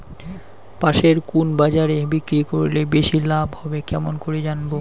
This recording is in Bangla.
পাশের কুন বাজারে বিক্রি করিলে বেশি লাভ হবে কেমন করি জানবো?